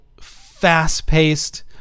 fast-paced